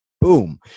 Boom